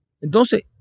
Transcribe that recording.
entonces